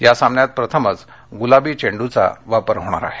या सामन्यात प्रथमच गुलाबी चेंडूचा वापर होणार आहे